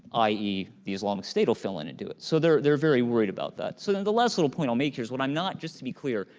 i e. the islamic state will fill in and do it, so they're they're very worried about that, so then the last little point i'll make here is what i'm not, just to be clear.